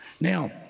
Now